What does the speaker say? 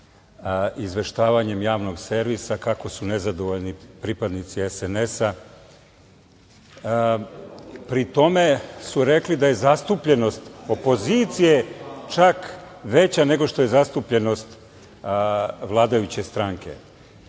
izveštavanjem javnog servisa, kako su nezadovoljni pripadnici SNS, a pri tome su rekli da je zastupljenost opozicije čak veća nego što je zastupljenost vladajuće stranke. Samo